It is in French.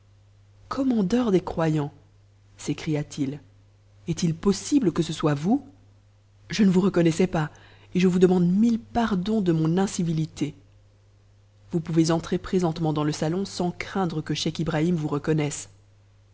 commandeur des croyants s'écria-t-il est-il possible que ce soit vous je ne vous reconnaissais pas et je vous demande mille pardons de mon incivilité vous pouvez entrer présentement dans le salon sans craindre que scheich ii i him vous reconnaisse